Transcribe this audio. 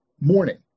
morning